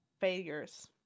failures